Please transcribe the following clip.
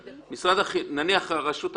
נניח הרשות המקומית,